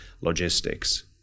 logistics